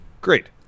Great